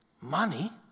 money